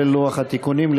כולל לוח התיקונים,